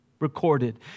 recorded